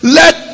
let